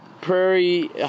Prairie